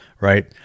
right